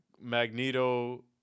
Magneto